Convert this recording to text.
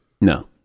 No